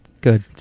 Good